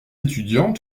étudiants